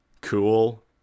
cool